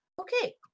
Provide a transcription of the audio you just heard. Okay